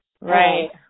right